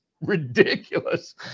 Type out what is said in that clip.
ridiculous